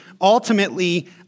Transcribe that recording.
ultimately